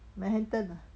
manhattan